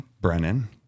Brennan